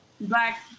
black